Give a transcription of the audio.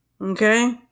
okay